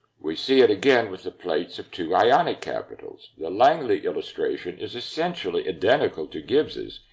we see it again with the plates of two ionic capitals. the langley illustration is essentially identical to gibbs's,